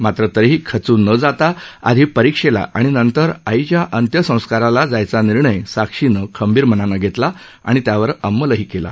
मात्र तरीही खचून न जाता आधी परीक्षेला आणि नंतर आईच्या अंत्यसंस्काराला जाण्याचा निर्णय साक्षीनं खंबीर मनानं घेतला आणि त्यावर अंमलही केला